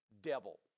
devil